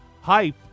hype